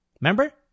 Remember